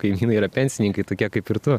kaimynai yra pensininkai tokie kaip ir tu